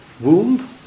womb